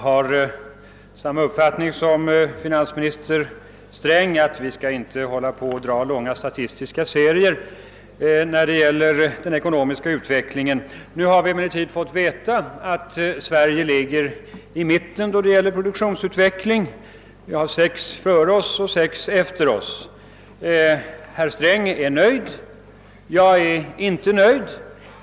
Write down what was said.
Herr talman! Jag delar finansminister Strängs uppfattning att vi inte skall dra långa statistiska serier från talarstolen för att belysa den ekonomiska utvecklingen. Nu har vi emellertid fått veta att Sverige ligger i mitten då det gäller produktionsutvecklingen: vi har sex över oss och sex under oss. Herr Sträng är nöjd. Jag är inte nöjd.